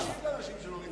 תקשיב לאנשים שלא,